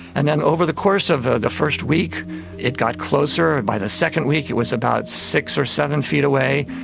and then over the course of the first week it got closer, and by the second week it was about six or seven feet away,